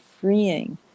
freeing